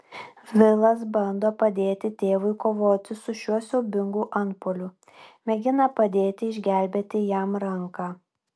vilas bando padėti tėvui kovoti su šiuo siaubingu antpuoliu mėgina padėti išgelbėti jam ranką